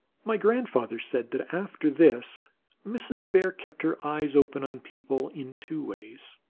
my grandfather said that after this mrs. bear kept her eyes open on people in two ways.